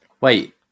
Wait